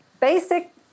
Basic